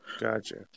Gotcha